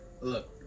look